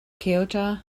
ceuta